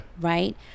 right